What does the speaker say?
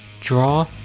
draw